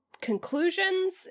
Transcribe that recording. conclusions